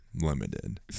limited